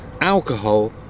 Alcohol